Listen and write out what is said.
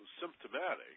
symptomatic